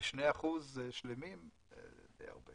ב-2% שלמים זה די הרבה.